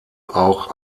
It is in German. auch